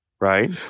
right